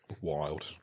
wild